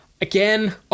Again